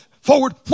Forward